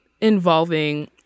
involving